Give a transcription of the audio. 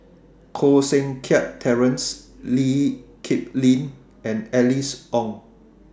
Koh Seng Kiat Terence Lee Kip Lin and Alice Ong